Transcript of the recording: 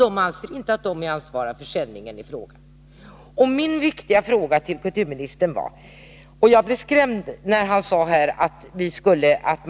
De anser inte att de är ansvariga för sändningen i fråga. Jag blev skrämd, när kulturministern sade att man kanske måste förändra programmen på något sätt.